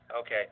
Okay